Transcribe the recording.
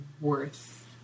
worth